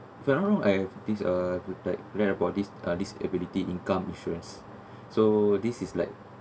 federal I think uh read about this uh disability income insurance so this is like